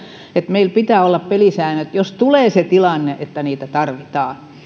että meillä pitää olla pelisäännöt jos tulee se tilanne että niitä tarvitaan